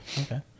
Okay